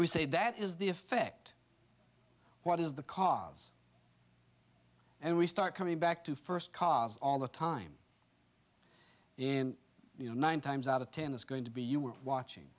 we say that is the effect what is the cause and we start coming back to first cause all the time and you know nine times out of ten it's going to be you were